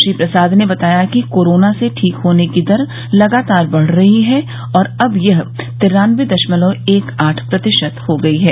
श्री प्रसाद ने बताया कि कोरोना से ठीक होने की दर लगातार बढ़ रही है और अब यह तिरान्नबे दशमलव एक आठ प्रतिशत हो गई है